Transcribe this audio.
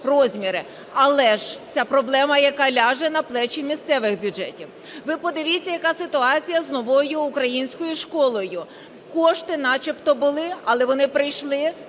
Але ж це проблема, яка ляже на плечі місцевих бюджетів. Ви подивіться, яка ситуація з "Новою українською школою". Кошти начебто були, але вони прийшли